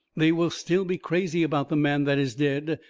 they will still be crazy about the man that is dead,